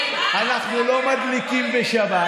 אנחנו לא מדליקים בשבת.